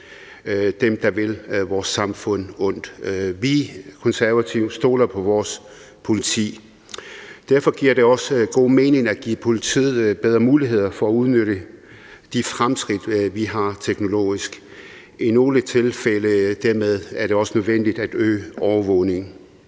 dem, der vil gøre vores samfund ondt. Vi Konservative stoler på vores politi. Derfor giver det også god mening at give politiet bedre muligheder for at udnytte de fremskridt, vi har teknologisk. Dermed er det også i nogle tilfælde nødvendigt at øge overvågningen.